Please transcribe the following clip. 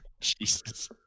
Jesus